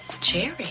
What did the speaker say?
Jerry